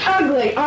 ugly